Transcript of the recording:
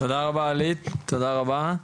תודה רבה אלית, תודה רבה.